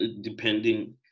depending